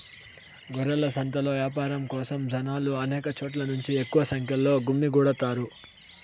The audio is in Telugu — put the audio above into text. గొర్రెల సంతలో యాపారం కోసం జనాలు అనేక చోట్ల నుంచి ఎక్కువ సంఖ్యలో గుమ్మికూడతారు